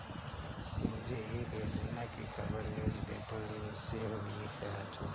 मुझे एक योजना की खबर न्यूज़ पेपर से हुई है राजू